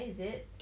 ya